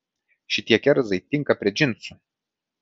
šitie kerzai tinka prie džinsų